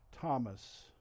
Thomas